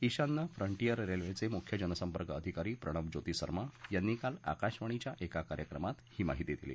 ईशान्य फ्रंटीयर रेल्वेचे मुख्य जनसंपर्क अधिकारी प्रणब ज्योती सर्मा यांनी काल आकाशवाणीच्या एका कार्यक्रमात ही माहिती दिली